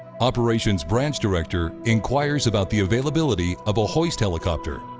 operations branch director inquires about the availability of a hoist helicopter.